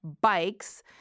bikes